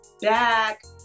back